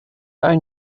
own